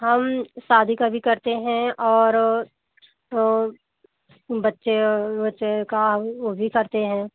हम शादी का भी करते हैं और और बच्चे वच्चे का वो भी करते हैं